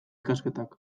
ikasketak